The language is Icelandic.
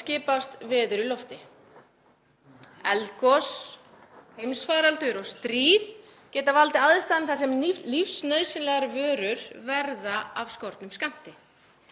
skipast veður skjótt í lofti. Eldgos, heimsfaraldur og stríð geta valdið aðstæðum þar sem lífsnauðsynlegar vörur verða af skornum skammti